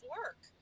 work